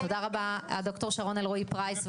לד"ר שרון אלרעי-פרייס,